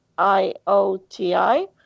I-O-T-I